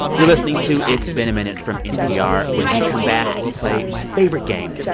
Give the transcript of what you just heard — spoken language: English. you're listening to it's been a minute from npr. when we come back, we'll play my favorite game,